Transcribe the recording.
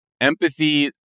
Empathy